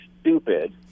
stupid